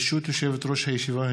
ברשות יושבת-ראש הישיבה,